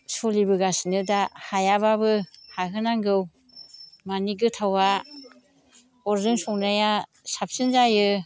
सलिबोगासिनो दा हायाबाबो हाहोनांगौ मानि गोथावआ अरजों संनाया साबसिन जायो